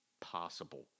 possible